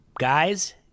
Guys